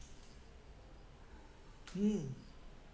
mm